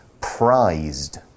prized